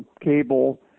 cable